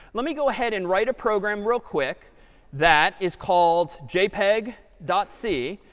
let me go ahead and write a program real quick that is called jpeg dot c.